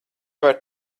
var